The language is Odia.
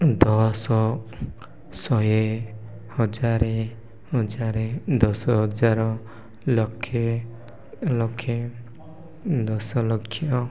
ଦଶ ଶହେ ହଜାର ହଜାର ଦଶ ହଜାର ଲକ୍ଷ ଲକ୍ଷ ଦଶ ଲକ୍ଷ